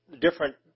different